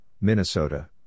Minnesota